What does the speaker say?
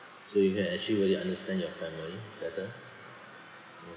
so you can actually really understand your family better